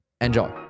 Enjoy